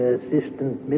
Assistant